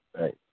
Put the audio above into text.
right